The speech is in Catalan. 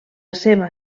seva